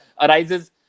arises